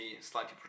slightly